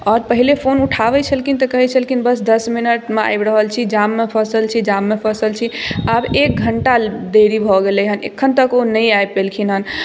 आओर पहिले फोन उठाबै छलखिन तऽ कहै छलखिन बस दस मिनटमे आबि रहल छी जाम मे फसल छी जाममे फसल छी आब एक घण्टा देरी भऽ गेलै हँ एखन तक ओ नहि आबि पयलखिन हँ